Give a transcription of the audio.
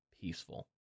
peaceful